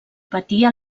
patia